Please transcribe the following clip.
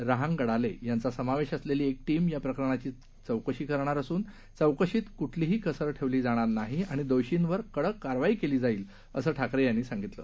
रहांगडाले यांचा समावेश असलेली एक ीम या प्रकरणाची ीम चौकशी करणार असून चौकशीत क्ठलीही कसर ठेवली जाणार नाही आणि दोर्षींवर कडक कारवाई केली जाईलअसं ठाकरे यांनी सांगितलं